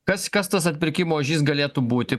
kas kas tas atpirkimo ožys galėtų būti